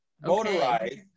motorized